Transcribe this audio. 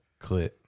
clit